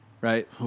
right